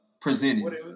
presented